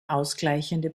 ausgleichende